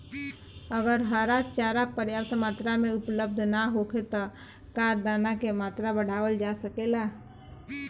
अगर हरा चारा पर्याप्त मात्रा में उपलब्ध ना होखे त का दाना क मात्रा बढ़ावल जा सकेला?